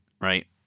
right